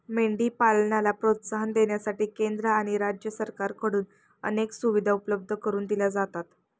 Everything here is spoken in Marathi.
मेंढी पालनाला प्रोत्साहन देण्यासाठी केंद्र आणि राज्य सरकारकडून अनेक सुविधा उपलब्ध करून दिल्या जातात